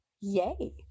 Yay